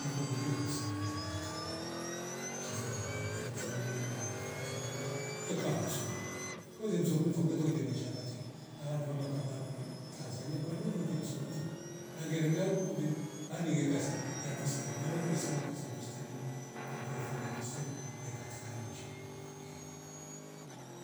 Nyavuwe kutirika ngafsa mnya amerika shelolia kwa blingisa undi lola va chi manula kweka vasongu weli kusoliv livwoli ngolilia vashakatli na wandu wamo kabla akure tanzania kwa vurule loli sunguso na ngera ujagu kundi nambi ekase ya bustani maana tulisoma kasi ya bustani mambu we fanya bustari ve katika lingisha ehh